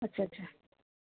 अच्छा अच्छा